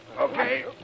Okay